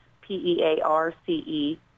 P-E-A-R-C-E